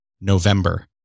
November